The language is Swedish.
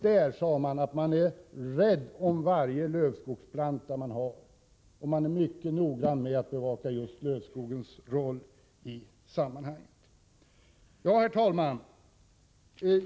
Där sade man att man är rädd om varje lövskogsplanta man har, och man är mycket noga med att bevaka just lövskogens roll i sammanhanget. Herr talman!